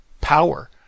power